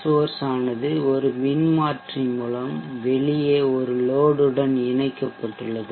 source ஆனது ஒரு மின்மாற்றி மூலம் வெளியே ஒரு லோடுடன் இணைக்கப்பட்டுள்ளது